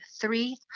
three